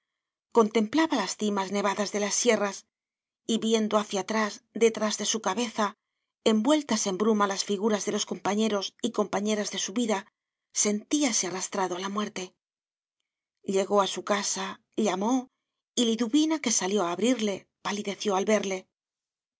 contemplaba las cimas nevadas de las sierras y viendo hacia atrás detrás de su cabeza envueltas en bruma las figuras de los compañeros y compañeras de su vida sentíase arrastrado a la muerte llegó a su casa llamó y liduvina que salió a abrirle palideció al verle